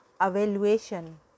evaluation